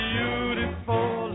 Beautiful